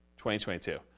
2022